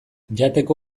jateko